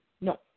No